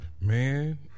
Man